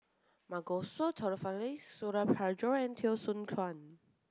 Masagos Zulkifli Suradi Parjo and Teo Soon Chuan